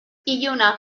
iluna